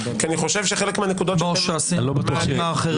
כי אני חושב שחלק מהנקודות --- כמו שעשינו בדברים האחרים...